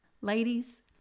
Ladies